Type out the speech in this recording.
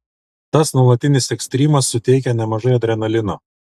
tas nuolatinis ekstrymas suteikia nemažai adrenalino